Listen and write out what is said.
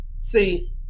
See